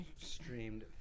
streamed